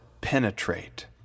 penetrate